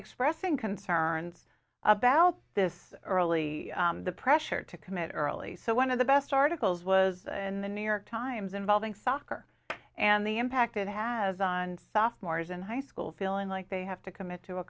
expressing concerns about this early the pressure to commit early so one of the best articles was in the new york times involving soccer and the impact it has on sophomores in high school feeling like they have to commit to a